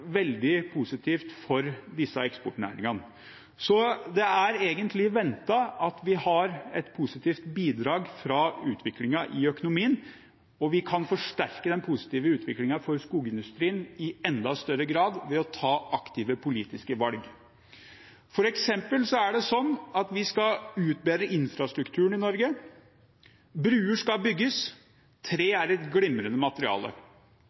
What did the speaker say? veldig positivt for disse eksportnæringene. Så det er egentlig ventet at vi har et positivt bidrag fra utviklingen i økonomien, og vi kan forsterke den positive utviklingen for skogindustrien i enda større grad ved å ta aktive politiske valg. For eksempel er det slik at vi skal utbedre infrastrukturen i Norge. Broer skal bygges – tre er et glimrende materiale.